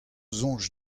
soñj